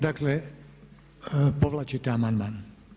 Dakle, povlačite amandman.